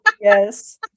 Yes